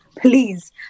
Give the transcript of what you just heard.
please